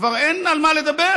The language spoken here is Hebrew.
כבר אין על מה לדבר,